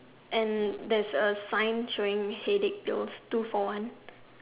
and there's a sign showing headache doze two for one